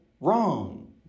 Wrong